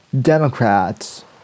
Democrats